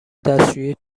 دستشویی